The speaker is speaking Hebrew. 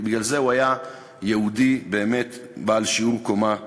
בגלל זה הוא היה יהודי בעל שיעור קומה נדיר.